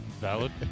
Valid